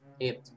Eight